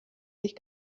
sich